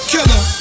Killer